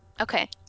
Okay